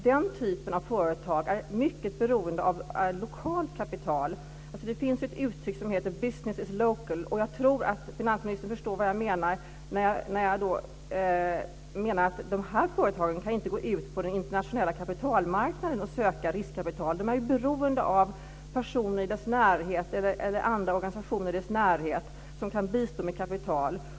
Den typen av företag är mycket beroende av lokalt kapital. Det finns ett uttryck som lyder: Business is local. Jag tror att finansministern förstår vad jag menar när jag säger att de här företagen inte kan gå ut på den internationella kapitalmarknaden och söka riskkapital. De är beroende av personer eller organisationer i närheten som kan bistå med kapital.